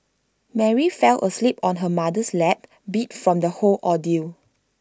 Mary fell asleep on her mother's lap beat from the whole ordeal